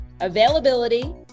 availability